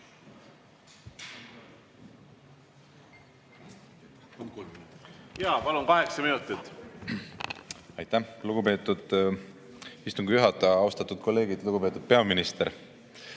Jaa, palun, kaheksa minutit! Aitäh, lugupeetud istungi juhataja! Austatud kolleegid! Lugupeetud peaminister!